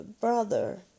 brother